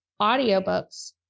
audiobooks